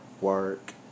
work